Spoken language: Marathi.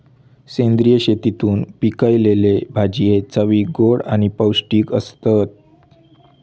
सेंद्रिय शेतीतून पिकयलले भाजये चवीक गोड आणि पौष्टिक आसतत